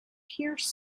pierce